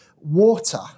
water